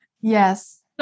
Yes